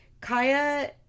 Kaya